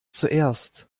zuerst